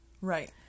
right